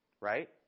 right